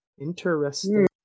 Interesting